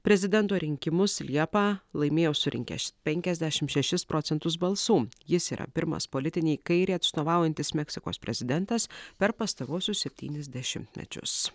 prezidento rinkimus liepą laimėjo surinkęs penkiasdešimt šešis procentus balsų jis yra pirmas politinei kairei atstovaujantis meksikos prezidentas per pastaruosius septynis dešimtmečius